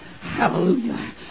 Hallelujah